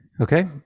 Okay